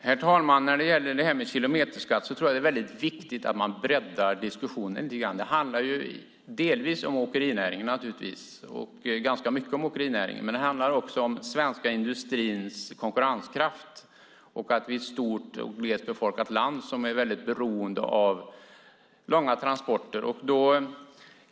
Herr talman! När det gäller kilometerskatten tror jag att det är viktigt att lite grann bredda diskussionen. Det handlar ganska mycket om åkerinäringen. Men det handlar också om den svenska industrins konkurrenskraft och om att Sverige är ett stort och glest befolkat land som är mycket beroende av långa transporter.